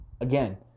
again